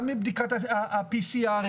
גם מבדיקת ה-PCR,